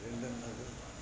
ఎండ